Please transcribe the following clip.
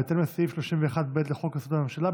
בהתאם לסעיף 31(ב) לחוק-יסוד: הממשלה,